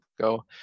go